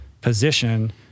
position